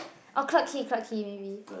oh Clarke Quay Clarke Quay maybe